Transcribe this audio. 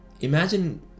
imagine